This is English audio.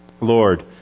Lord